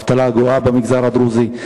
האבטלה גואה במגזר הדרוזי.